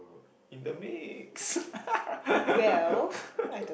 in the mix